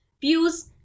views